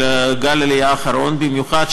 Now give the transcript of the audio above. של גל העלייה האחרון במיוחד,